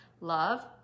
Love